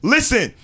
Listen